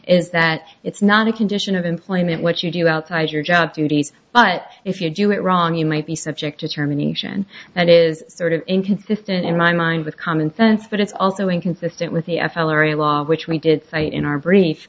is that it's not a condition of employment what you do outside your job duties but if you do it wrong you might be subject to terminations that is sort of inconsistent in my mind with common sense but it's also inconsistent with the f l area law which we did in our